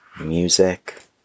music